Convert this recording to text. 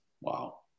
Wow